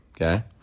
okay